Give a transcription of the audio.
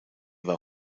war